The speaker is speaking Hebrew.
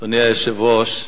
אדוני היושב-ראש,